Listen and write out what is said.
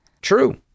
True